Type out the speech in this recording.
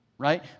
right